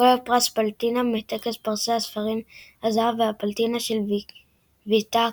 כולל פרס פלטינה מטקס פרסי הספרים הזהב והפלטינה של ויטאקר,